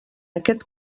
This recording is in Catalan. aquest